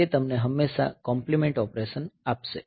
તે તમને હંમેશા કોમ્પ્લીમેન્ટ ઓપરેશન આપશે